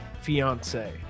fiance